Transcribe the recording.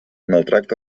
maltracta